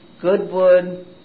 Goodwood